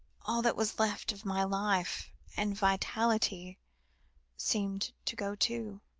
all that was left of my life and vitality seemed to go, too.